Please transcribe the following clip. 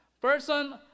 Person